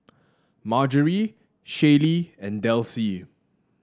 Marjory Shaylee and Delsie